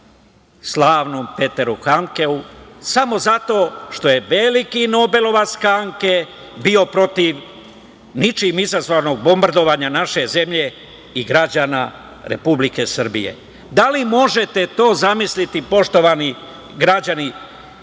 slavnom Peteru Handkeu samo zato što je veliki nobelovac Handke bio protiv ničim izazvanog bombardovanja naše zemlje i građana Republike Srbije. Da li možete to zamisliti, poštovani građani